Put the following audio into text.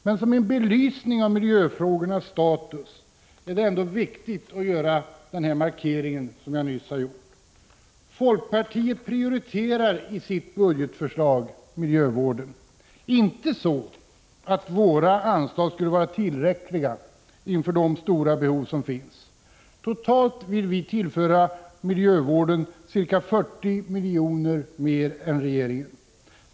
Men som en belysning av miljöfrågornas status är det ändå viktigt att göra den markering jag nyss har gjort. Folkpartiet prioriterar i sitt budgetförslag miljövården. Men det är inte så att våra anslag skulle vara tillräckliga inför de stora behov som finns. Totalt vill vi tillföra miljövården ca 40 miljoner mer än regeringen.